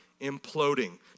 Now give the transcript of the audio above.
imploding